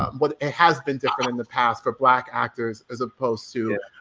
um but it has been different in the past for black actors as opposed to,